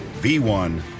v1